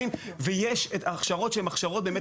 ויש הכשרות שהן הכשרות מצומצמות.